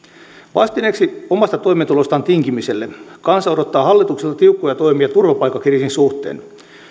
vastineeksi omasta toimeentulostaan tinkimiselle kansa odottaa hallitukselta tiukkoja toimia turvapaikkakriisin suhteen